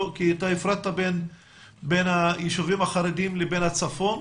כי אתה הפרדת בין היישובים החרדים לבין הצפון.